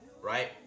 right